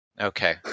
Okay